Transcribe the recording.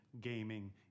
gaming